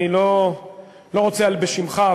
אני לא רוצה בשמך,